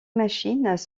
machines